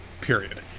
period